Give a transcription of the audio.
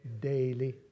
daily